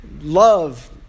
love